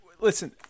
Listen